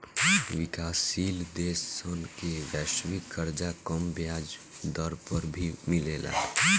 विकाशसील देश सन के वैश्विक कर्जा कम ब्याज दर पर भी मिलेला